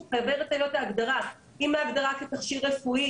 אם ההגדרה כתכשיר רפואי,